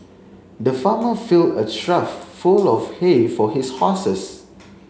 the farmer filled a trough full of hay for his horses